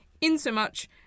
insomuch